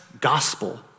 gospel